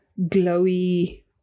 glowy